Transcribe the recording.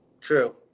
True